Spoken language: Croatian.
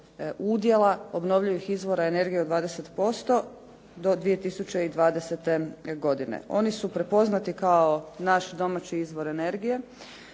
udjela obnovljivih izvora od 20% do 2020. godine. Oni su prepoznati kao naš domaći izvor energije,